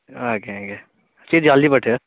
ଆଜ୍ଞା ଆଜ୍ଞା ଟିକେ ଜଲଦି ପଠାଇବେ